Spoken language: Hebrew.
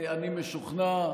אני משוכנע,